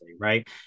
right